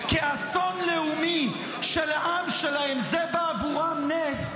כאסון לאומי של העם שלהם זה בעבורם נס,